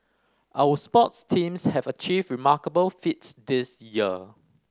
our sports teams have achieved remarkable feats this year